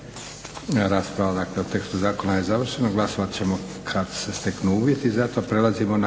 dakle o tekstu zakona je završena. Glasovat ćemo kad se steknu uvjeti za to.